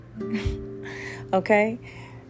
Okay